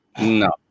No